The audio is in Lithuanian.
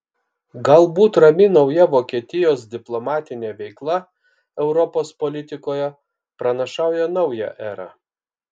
galbūt rami nauja vokietijos diplomatinė veikla europos politikoje pranašauja naują erą